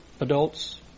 adults